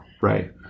right